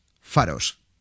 faros